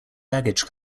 baggage